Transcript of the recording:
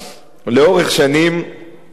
לאורך שנים ארוכות.